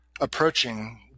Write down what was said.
approaching